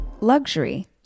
Luxury